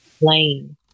lane